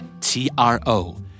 T-R-O